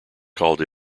called